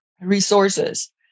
resources